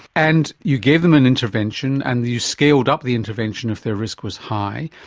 and you gave them an intervention and you scaled up the intervention if their risk was high.